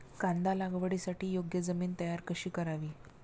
कांदा लागवडीसाठी योग्य जमीन तयार कशी करावी?